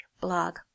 blog